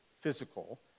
physical